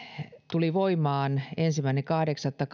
tuli voimaan ensimmäinen kahdeksatta